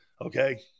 Okay